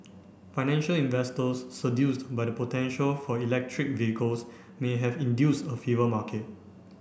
financial investors seduced by the potential for electric vehicles may have induced a fever market